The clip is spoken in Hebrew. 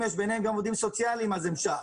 אם יש ביניהם גם עובדים סוציאליים אז הם שם,